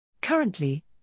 Currently